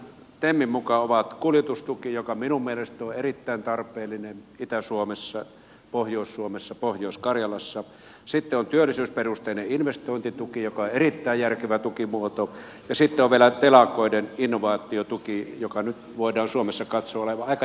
niitähän temin mukaan ovat kuljetustuki joka minun mielestäni on erittäin tarpeellinen itä suomessa pohjois suomessa pohjois karjalassa sitten on työllisyysperusteinen investointituki joka on erittäin järkevä tukimuoto ja sitten on vielä telakoiden innovaatiotuki jonka nyt voidaan suomessa katsoa olevan aika järkevä